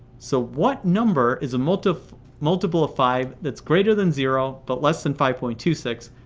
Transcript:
so what number is a multiple multiple of five that's greater than zero but less than five point two six?